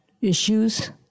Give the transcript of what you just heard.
issues